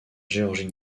géorgie